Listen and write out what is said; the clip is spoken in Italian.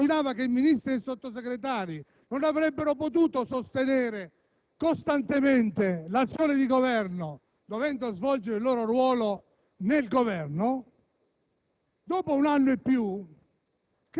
di sostegno al Governo (perché si immaginava che i Ministri e i Sottosegretari non avrebbero potuto sostenere costantemente l'azione di Governo dovendo svolgere il loro ruolo nell'Esecutivo)